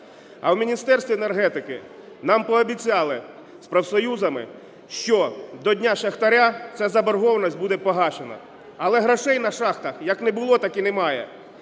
А в Міністерстві енергетики нам пообіцяли зпрофсоюзами, що до Дня шахтаря ця заборгованість буде погашена. Але грошей на шахтах як не було, так і немає.